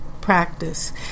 practice